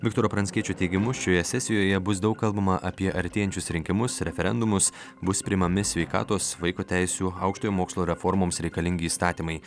viktoro pranckiečio teigimu šioje sesijoje bus daug kalbama apie artėjančius rinkimus referendumus bus priimami sveikatos vaiko teisių aukštojo mokslo reformoms reikalingi įstatymai